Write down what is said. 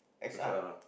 X_R lah